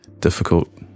difficult